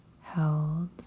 held